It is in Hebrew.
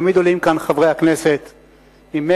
תמיד עולים כאן חברי הכנסת ממרצ,